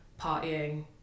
partying